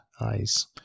eyes